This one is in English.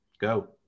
Go